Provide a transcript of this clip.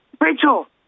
Rachel